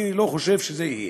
אני לא חושב שזה יהיה.